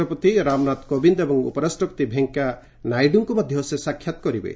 ରାଷ୍ଟ୍ରପତି ରାମନାଥ କୋବିନ୍ଦ ଏବଂ ଉପରାଷ୍ଟ୍ରପତି ଭେଙ୍କିୟା ନାଇଡୁଙ୍କୁ ମଧ୍ୟ ସେ ସାକ୍ଷାତ୍ କରିବେ